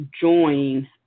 join